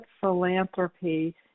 philanthropy